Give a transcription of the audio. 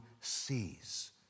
sees